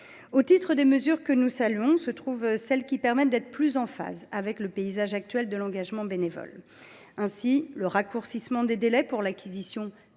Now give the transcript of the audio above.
Parmi les mesures que nous saluons, je commencerai par celles qui permettent d’être plus en phase avec le paysage actuel de l’engagement bénévole. Ainsi, le raccourcissement des délais pour l’acquisition,